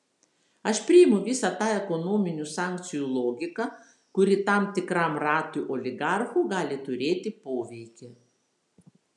aš priimu visą tą ekonominių sankcijų logiką kuri tam tikram ratui oligarchų gali turėti poveikį